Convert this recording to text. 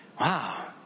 Wow